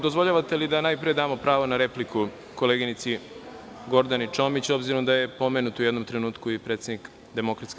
Dozvoljavate li da, najpre damo pravo na repliku koleginici Gordani Čomić, obzirom da je pomenuta u jednom trenutku i predsednik DS.